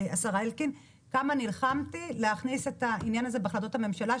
השר אלקין כמה נלחמתי להכניס את העניין הזה בהחלטות הממשלה,